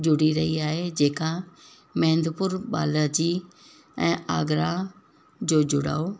जुड़ी रही आहे जेका महंदीपुर बालाजी ऐं आगरा जो जुड़ाव